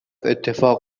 اتفاق